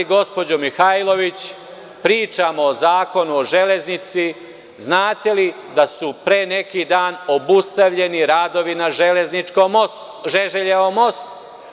Gospođo Mihajlović, pričamo o Zakonu o železnici, znate li da su pre neki dan obustavljeni radovi na Žeželjevom mostu?